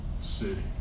city